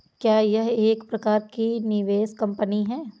क्या यह एक प्रकार की निवेश कंपनी है?